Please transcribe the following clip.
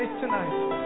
tonight